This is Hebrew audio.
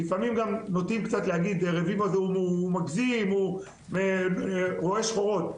ולפעמים נוטים קצת להגיד שהרביבו הזה הוא מגזים ורואה שחורות.